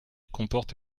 comporte